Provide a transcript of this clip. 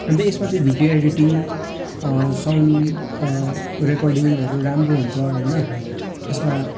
अन्त यसमा चाहिँ भिडियो एडिटिङ साउन्ड रेकर्डिङहरू राम्रो हुन्छ होइन त्यसमा